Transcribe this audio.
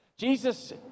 Jesus